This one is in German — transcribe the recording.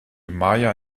maja